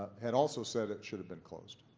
had also said it should have been closed.